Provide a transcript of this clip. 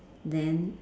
then